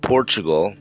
Portugal